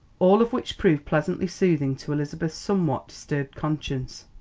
all of which proved pleasantly soothing to elizabeth's somewhat disturbed conscience.